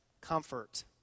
comfort